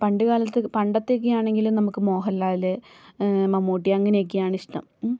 പണ്ടുകാലത്ത് പണ്ടത്തെ ഒക്കെ ആണെങ്കിൽ നമുക്ക് മോഹൻലാൽ മമ്മൂട്ടി അങ്ങനെയൊക്കെയാണ് ഇഷ്ടം മ്